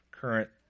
current